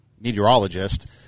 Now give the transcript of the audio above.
Meteorologist